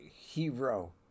hero